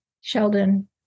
Sheldon